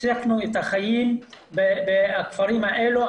הפסקנו את החיים בכפרים האלה.